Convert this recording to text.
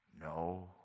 No